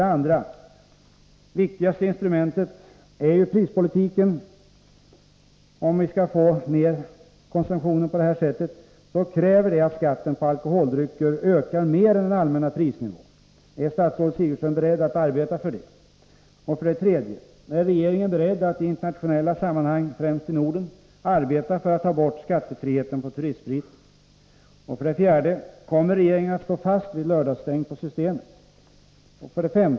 Det viktigaste instrumentet är ju prispolitiken. Om vi skall få ned konsumtionen på detta sätt, kräver det att skatten på alkoholdrycker ökar mer än den allmänna prisnivån. Är statsrådet Sigurdsen beredd att arbeta för det? 3. Är regeringen beredd att i internationella sammanhang, främst i Norden, arbeta för att ta bort skattefriheten på turistspriten? 4. Kommer regeringen att stå fast vid lördagsstängningen på Systembolaget? 5.